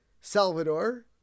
Salvador